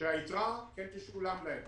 שהיתרה כן תשולם להם.